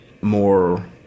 more